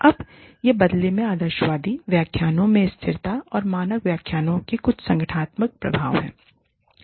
अब यह बदले में आदर्शवादी व्याख्याओं में स्थिरता के मानक व्याख्याओं के कुछ संगठनात्मक प्रभाव हैं